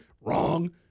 Wrong